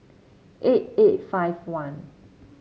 eight eight five one